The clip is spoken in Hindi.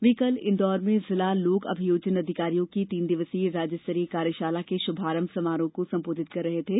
वे कल इंदौर में जिला लोक अभियोजन अधिकारियों की तीन दिवसीय राज्य स्तरीय कार्यशाला के शुभारंभ समारोह को सम्बोधित कर रहे थे